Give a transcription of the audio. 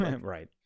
right